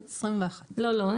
לא,